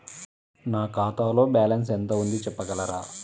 నా ఖాతాలో బ్యాలన్స్ ఎంత ఉంది చెప్పగలరా?